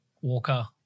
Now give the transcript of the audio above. Walker